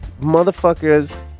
Motherfuckers